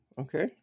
okay